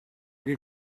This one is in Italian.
che